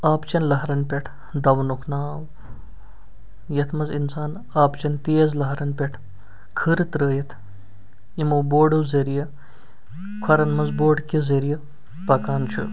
آبہٕ چَن لہرَن پٮ۪ٹھ دَونُک ناو یَتھ منٛز اِنسان آبہٕ چَن تیز لَہرَن پٮ۪ٹھ کھٕرٕ ترٛٲیِتھ یِمَو بوڈو ذٔریعہ کھوٚرَن منٛز بوٹہٕ کہِ ذٔریعہِ پَکان چھُ